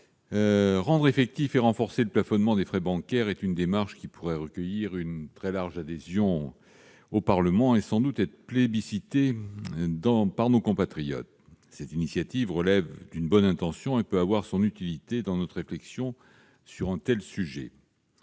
rendre effectif et renforcer le plafonnement des frais bancaires est une démarche qui pourrait recueillir une très large adhésion au Parlement et sans doute être plébiscitée par nos compatriotes. Cette initiative relève d'une bonne intention et peut avoir son utilité dans notre réflexion sur un tel sujet.